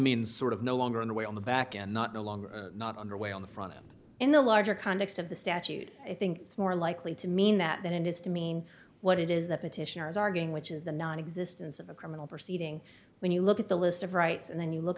means sort of no longer in the way on the back and not no longer not under way on the front end in the larger context of the statute i think it's more likely to mean that than it is to mean what it is that petitioners are going which is the nonexistence of a criminal proceeding when you look at the list of rights and then you look